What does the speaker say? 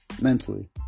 mentally